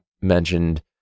mentioned